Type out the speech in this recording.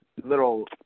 little –